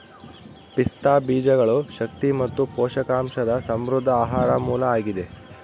ಪಿಸ್ತಾ ಬೀಜಗಳು ಶಕ್ತಿ ಮತ್ತು ಪೋಷಕಾಂಶದ ಸಮೃದ್ಧ ಆಹಾರ ಮೂಲ ಆಗಿದೆ